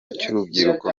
cy’urubyiruko